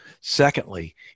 Secondly